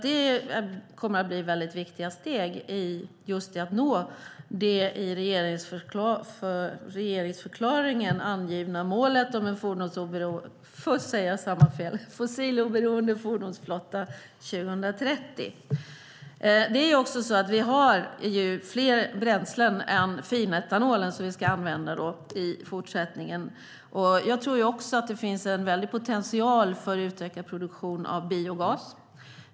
Det kommer att bli mycket viktiga steg för att nå det i regeringsförklaringen angivna målet om en fossiloberoende fordonsflotta 2030. Vi har fler bränslen än finetanolen som vi ska använda i fortsättningen. Jag tror att det finns en stor potential för att utveckla produktion av biogas.